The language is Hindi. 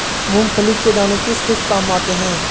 मूंगफली के दाने किस किस काम आते हैं?